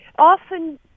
often